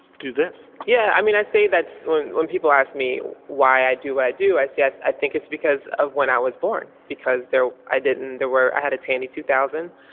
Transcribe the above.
do this yeah i mean i say that's when when people ask me why i do what i do. i so yeah said i think it's because of when i was born because though i didn't there were i had a tandy two thousand.